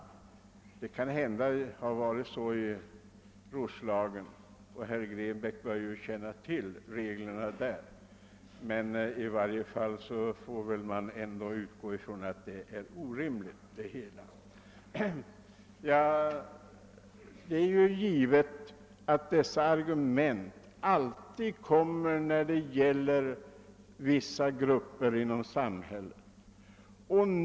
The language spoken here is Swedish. Det kan hända att det har varit på detta sätt i Roslagen — herr Grebäck bör ju känna till förhållandena där — men nog förefaller det hela orimligt. Dessa argument anförs alltid gentemot vissa grupper i samhället.